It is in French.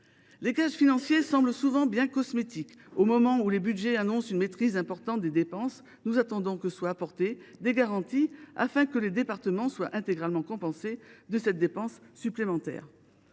Les gages financiers semblent souvent bien cosmétiques. Au moment où les budgets annoncent une maîtrise importante des dépenses, nous attendons que soient apportées des garanties, afin que les départements soient intégralement compensés de cette dépense supplémentaire.